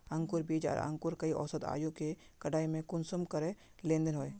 अंकूर बीज आर अंकूर कई औसत आयु के कटाई में कुंसम करे लेन देन होए?